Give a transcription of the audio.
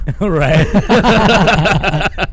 Right